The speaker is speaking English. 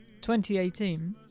2018